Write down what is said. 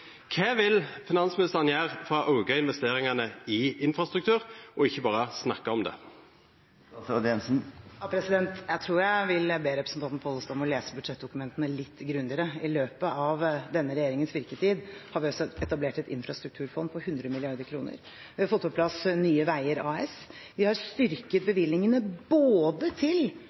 Hva vil finansministeren gjøre for å øke investeringene i infrastruktur, ikke bare snakke om det? Jeg tror jeg vil be representanten Pollestad om å lese budsjettdokumentene litt grundigere. I løpet av denne regjeringens virketid har vi etablert et infrastrukturfond på 100 mrd. kr, vi har fått på plass Nye Veier AS, vi har styrket bevilgningene til investeringer til både vei og bane i tillegg til